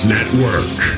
Network